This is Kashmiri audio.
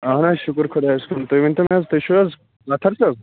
اہن حظ شُکُر خۄدایس کُن تُہۍ ؤنۍتو مےٚ حظ تُہۍ چھُو حظ اطہر صٲب